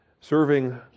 serving